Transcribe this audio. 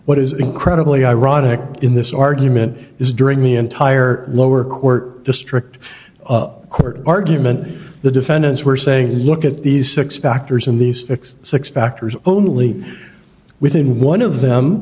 what is incredibly ironic in this argument is during the entire lower court district court argument the defendants were saying look at these six factors and these six factors only within one of them